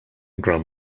gram